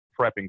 prepping